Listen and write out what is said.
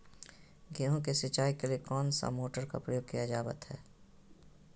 गेहूं के सिंचाई के लिए कौन सा मोटर का प्रयोग किया जावत है?